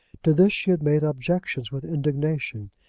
to this she had made objections with indignation,